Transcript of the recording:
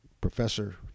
professor